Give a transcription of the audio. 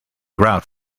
grout